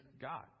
God